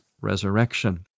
resurrection